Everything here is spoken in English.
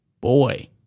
boy